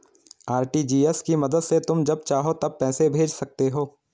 RTGS की मदद से तुम जब चाहो तब पैसे भेज सकते हो